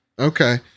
Okay